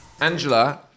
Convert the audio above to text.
Angela